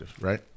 right